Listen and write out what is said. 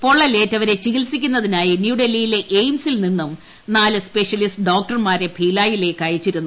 പൊള്ളലേറ്റവരെ ചികിത്സിക്കുന്നതിനായി ന്യൂഡൽഹിയിലെ എയിംസിൽ നിന്നും നാല് സ്പെഷ്യലിസ്റ്റ് ഡോക്ടർമാരെ ഭിലായിലേക്ക് അയച്ചിരുന്നു